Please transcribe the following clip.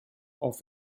auf